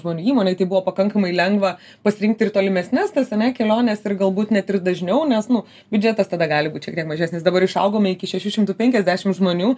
žmonių įmonėj tai buvo pakankamai lengva pasirinkt ir tolimesnes tas ane keliones ir galbūt net ir dažniau nes nu biudžetas tada gali būt šiek tiek mažesnis dabar išaugome iki šešių šimtų penkiasdešim žmonių